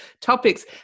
topics